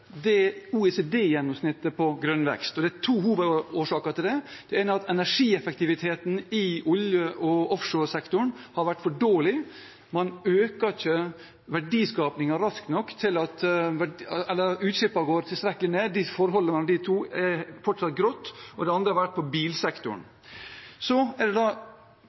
grønn vekst, og det er to hovedårsaker til det. Det ene er at energieffektiviteten i olje- og offshoresektoren har vært for dårlig – man øker ikke verdiskapingen raskt nok og utslippene går ikke tilstrekkelig ned. Derfor er forholdet mellom de to fortsatt grått. Det andre har vært i bilsektoren.